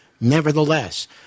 nevertheless